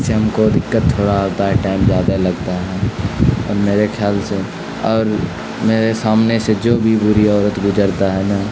اس سے ہم کو دقت تھوڑا آتا ہے ٹائم زیادہ لگتا ہے اور میرے خیال سے اور میرے سامنے سے جو بھی بوڑھی عورت گزرتا ہے نا